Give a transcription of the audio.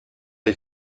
les